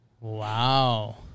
Wow